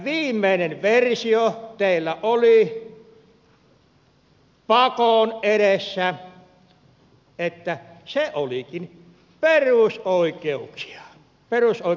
viimeinen versio teillä oli pakon edessä että se olikin perusoikeudellinen kanta